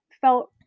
felt